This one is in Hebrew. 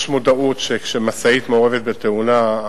יש מודעות שכשמשאית מעורבת בתאונה,